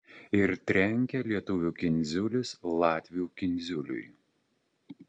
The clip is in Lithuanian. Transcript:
ir trenkia lietuvių kindziulis latvių kindziuliui